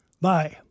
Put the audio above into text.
Bye